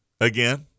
again